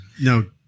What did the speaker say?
No